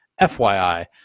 FYI